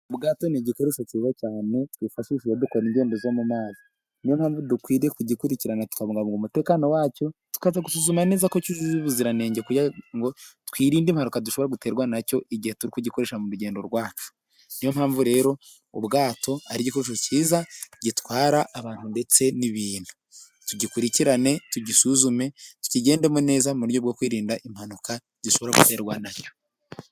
Ubwato ni igikoresho cyiza cyane twifashisha, iyo dukora ingendo zo mu mazi, niyo pamvu dukwiriye kugikurikirana tubungabunga umutekano wacyo, tukajya gusuzuma neza ko cyujuje ubuziranenge kugira ngo twirinde impanuka dushobora guterwa nacyo, igihe turi kugikoresha mu rugendo rwacu, niyo mpamvu rero ubwato ari igikoresho cyiza gitwara abantu ndetse n'ibintu, tugikurikirane tugisuzume tukigendemo neza, mu buryo bwo kwirinda impanuka zishobora guterwa nacyo.